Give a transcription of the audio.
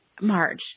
Marge